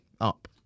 up